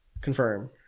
Confirm